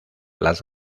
las